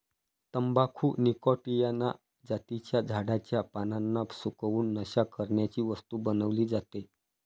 तंबाखू निकॉटीयाना जातीच्या झाडाच्या पानांना सुकवून, नशा करण्याची वस्तू बनवली जाते